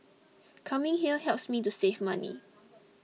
coming here helps me to save money